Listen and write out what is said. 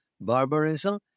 barbarism